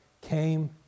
came